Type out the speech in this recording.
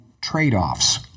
trade-offs